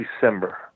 December